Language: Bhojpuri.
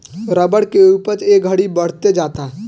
रबर के उपज ए घड़ी बढ़ते जाता